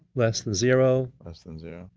less than zero less than zero.